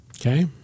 okay